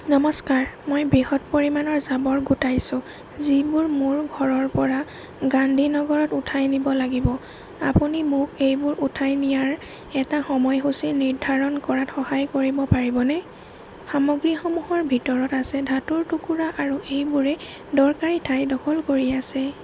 নমস্কাৰ মই বৃহৎ পৰিমাণৰ জাবৰ গোটাইছোঁ যিবোৰ মোৰ ঘৰৰপৰা গান্ধী নগৰত উঠাই নিব লাগিব আপুনি মোক এইবোৰ উঠাই নিয়াৰ এটা সময়সূচী নিৰ্ধাৰণ কৰাত সহায় কৰিব পাৰিবনে সামগ্ৰীসমূহৰ ভিতৰত আছে ধাতুৰ টুকুৰা আৰু এইবোৰে দৰকাৰী ঠাই দখল কৰি আছে